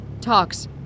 talks